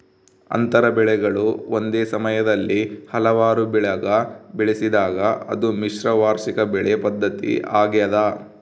ಅಂತರ ಬೆಳೆಗಳು ಒಂದೇ ಸಮಯದಲ್ಲಿ ಹಲವಾರು ಬೆಳೆಗ ಬೆಳೆಸಿದಾಗ ಅದು ಮಿಶ್ರ ವಾರ್ಷಿಕ ಬೆಳೆ ಪದ್ಧತಿ ಆಗ್ಯದ